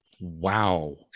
Wow